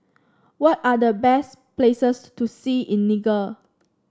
what are the best places to see in Niger